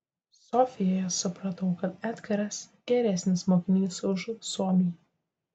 sofijoje supratau kad edgaras geresnis mokinys už suomį